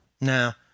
Now